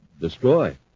destroy